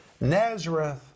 Nazareth